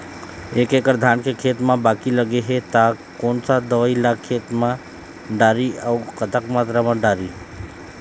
एक एकड़ धान के खेत मा बाकी लगे हे ता कोन सा दवई ला खेत मा डारी अऊ कतक मात्रा मा दारी?